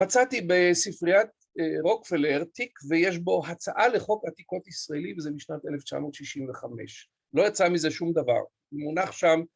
מצאתי בספריית רוקפלר תיק ויש בו הצעה לחוק עתיקות ישראלי וזה משנת 1965 לא יצא מזה שום דבר, מונח שם